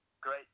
Great